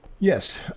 yes